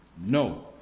No